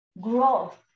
growth